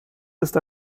ist